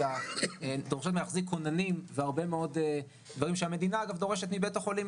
שדורשות מהם להחזיק כוננים והרבה מאוד דברים שהמדינה דורשת מבית החולים,